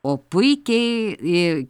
o puikiai